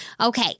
Okay